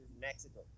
Mexico